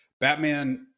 Batman